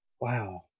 Wow